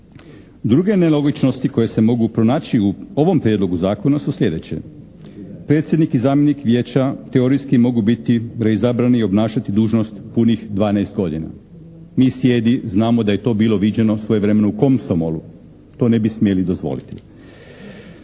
Druge nelogičnosti koje se mogu pronaći u ovoj Prijedlogu zakona su sljedeće: predsjednik i zamjenik Vijeća teorijski mogu biti reizabrani i obnašati dužnost punih 12 godina. Mi sjedi mi znamo da je to bilo viđeno svojevremeno u «Komsomolu». To ne bi smjeli dozvoliti.